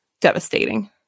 devastating